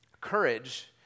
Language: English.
Courage